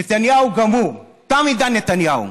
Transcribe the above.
נתניהו גמור, תם עידן נתניהו,